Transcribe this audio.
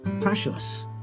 precious